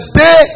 day